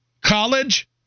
college